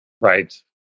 Right